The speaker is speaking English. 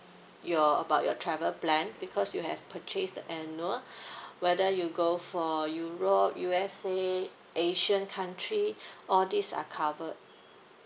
your about your travel plan because you have purchased the annual whether you go for europe U_S_A asian country all these are covered